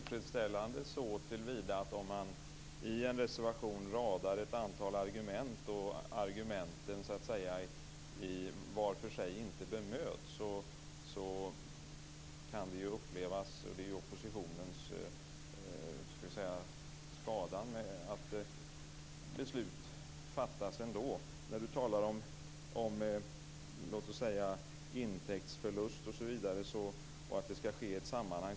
Fru talman! Detta är lite otillfredsställande när en rad argument i en reservation inte bemöts var för sig. Det kan upplevas som en skada av oppositionen. Sven-Erik Österberg talar om att en intäktsförlust skall ske i ett sammanhang.